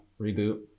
reboot